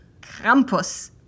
Krampus